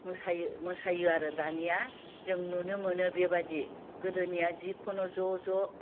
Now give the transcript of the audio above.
मोसायो मोसायो आरो दानिया जों नुनो मोनो बेबादि गोदोनिया जिखुनु ज' ज'